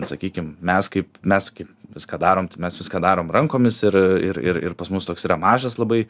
sakykim mes kaip mes kai viską darom tai mes viską darom rankomis ir ir ir ir pas mus toks yra mažas labai